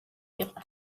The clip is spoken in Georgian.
იყო